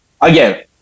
again